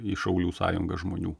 į šaulių sąjungą žmonių